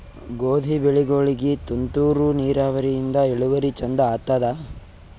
ಗೋಧಿ ಬೆಳಿಗೋಳಿಗಿ ತುಂತೂರು ನಿರಾವರಿಯಿಂದ ಇಳುವರಿ ಚಂದ ಆತ್ತಾದ?